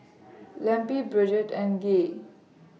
Lempi Bridgett and Gay